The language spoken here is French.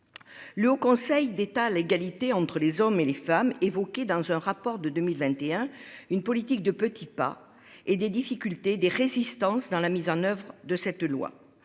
Le Haut Conseil d'État, l'égalité entre les hommes et les femmes évoquée dans un rapport de 2021 une politique de petits pas et des difficultés des résistances dans la mise en oeuvre de cette loi.